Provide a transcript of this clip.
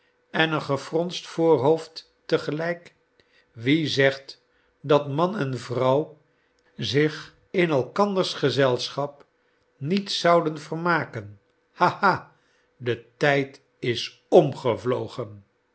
en een'gefronst voorhoofd te gelijk wiezegt dat man en vrouw zich in elkanders gezelschap niet zouden vermaken ha ha de tijd is omgevlogen